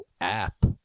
app